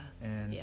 yes